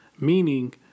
meaning